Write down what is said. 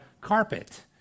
carpet